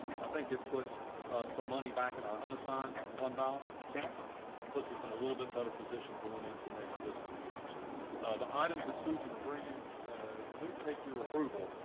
i think it puts some money back in our unassigned fund balance account, and puts us in a little bit better position going into next fiscal year. year. so the items that susan are bringing in, they will take your approval.